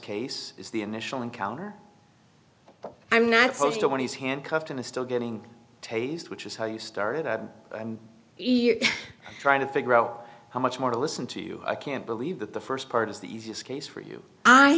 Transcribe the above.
case is the initial encounter i'm not supposed to when he's handcuffed and still getting a taste which is how you started out trying to figure out how much more to listen to you i can't believe that the first part is the easiest case for you i